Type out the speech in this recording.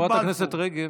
חברת הכנסת רגב,